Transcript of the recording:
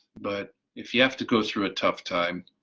but if you have to go through a tough time,